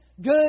good